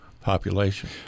population